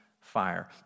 fire